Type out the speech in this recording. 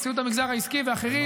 נשיאות המגזר העסקי ואחרים.